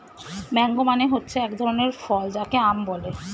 mango মানে হচ্ছে এক ধরনের ফল যাকে আম বলে